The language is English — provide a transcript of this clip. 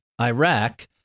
Iraq